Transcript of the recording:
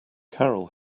carol